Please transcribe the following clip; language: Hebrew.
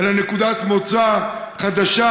אלא נקודת מוצא חדשה,